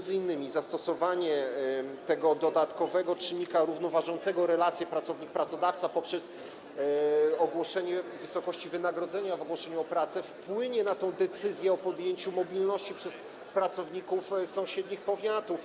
Zastosowanie tego dodatkowego czynnika równoważącego relacje pracownik - pracodawca poprzez ogłoszenie wysokości wynagrodzenia w ogłoszeniu o pracę wpłynie na decyzję o podjęciu mobilności przez pracowników sąsiednich powiatów.